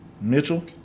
Mitchell